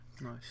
Nice